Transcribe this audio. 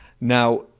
now